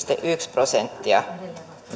prosenttia